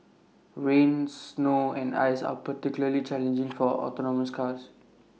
rain snow and ice are particularly challenging for autonomous cars